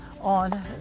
on